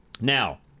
now